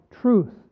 truth